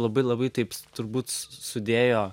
labai labai taip turbūt sudėjo